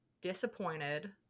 disappointed